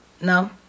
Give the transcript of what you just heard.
No